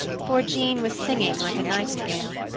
for jean was singing like a nightingale.